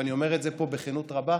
ואני אומר את זה פה בכנות רבה.